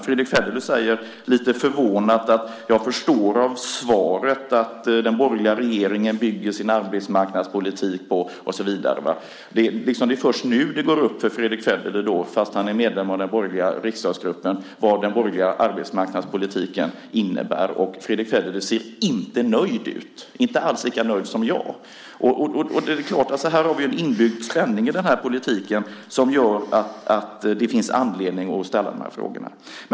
Fredrick Federley säger lite förvånad att han förstår av svaret att den borgerliga regeringen bygger sin arbetsmarknadspolitik på . och så vidare. Det är först nu det går upp för Fredrick Federley, fastän han är medlem av den borgerliga riksdagsgruppen, vad den borgerliga arbetsmarknadspolitiken innebär. Fredrick Federley ser inte alls lika nöjd ut som jag. Här har vi en inbyggd spänning i politiken som gör att det finns anledning att ställa dessa frågor.